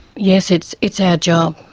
yes, it's it's our job,